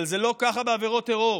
אבל זה לא ככה בעבירות טרור,